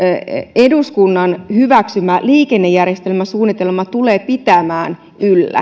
eduskunnan hyväksymä liikennejärjestelmäsuunnitelma tulee pitämään